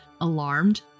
alarmed